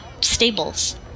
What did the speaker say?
stables